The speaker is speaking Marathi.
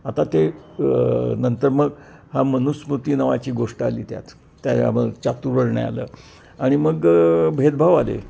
आता ते नंतर मग हा मनुस्मृती नावाची गोष्ट आली त्यात या मग चातुर्वर्ण्याला आणि मग भेदभाव आले